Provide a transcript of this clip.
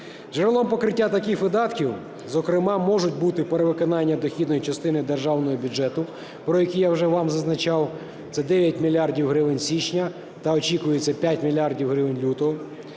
Джерелом покриття таких видатків, зокрема, можуть бути: перевиконання дохідної частини державного бюджету, про які я вже вам зазначав (це 9 мільярдів гривень з січня, та очікується 5 мільярдів